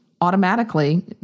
automatically